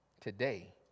today